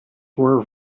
were